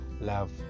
love